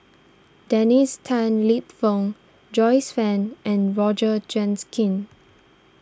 Dennis Tan Lip Fong Joyce Fan and Roger jinns king